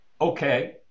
okay